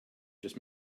just